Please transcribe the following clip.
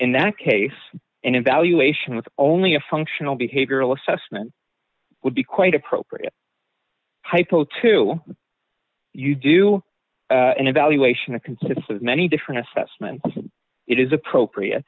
in that case and evaluation with only a functional behavioral assessment would be quite appropriate hypo to you do an evaluation that consists of many different assessments it is appropriate